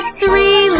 three